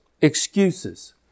excuses